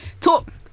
talk